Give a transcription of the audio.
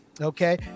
okay